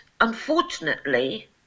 unfortunately